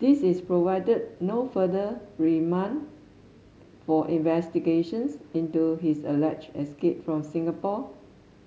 this is provided no further remand for investigations into his alleged escape from Singapore